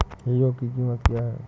Hero की कीमत क्या है?